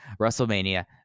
Wrestlemania